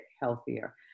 healthier